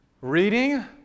reading